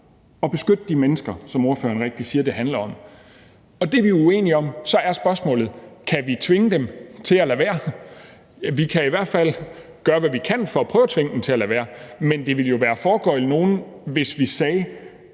og beskytte de mennesker, som ordføreren rigtigt siger det handler om. Det er vi uenige om. Så er spørgsmålet, om vi kan tvinge dem til at lade være. Vi kan i hvert fald gøre, hvad vi kan, for at prøve at tvinge dem til at lade være. Men det ville jo være at foregøgle nogen noget, hvis vi sagde,